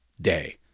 day